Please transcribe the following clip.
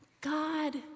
God